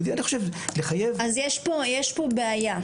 יש פה בעיה,